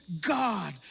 God